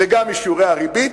גם משיעורי הריבית,